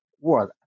word